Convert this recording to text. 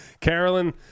Carolyn